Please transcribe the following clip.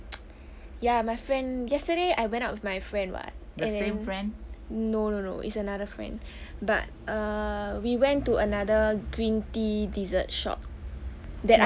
ya my friend yesterday I went out with my friend [what] and then no no no is another friend but err we went to another green tea dessert shop that I s~